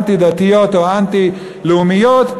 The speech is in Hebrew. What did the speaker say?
אנטי-דתיות או אנטי-לאומיות,